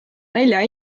nelja